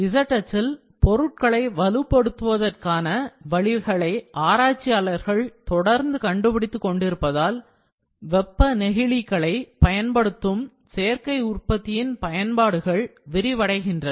Z அச்சில் பொருள்களை வலுப்படுத்துவதற்கான வழிகளை ஆராய்ச்சியாளர்கள் தொடர்ந்து கண்டுபிடித்து கொண்டிருப்பதால் வெப்ப நெகிழிகளை பயன்படுத்தும் சேர்க்கை உற்பத்தியின் பயன்பாடுகள் விரிவடைகின்றன